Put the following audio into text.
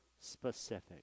specific